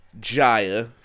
Jaya